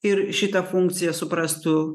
ir šitą funkciją suprastų